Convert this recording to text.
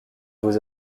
vos